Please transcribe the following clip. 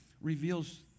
reveals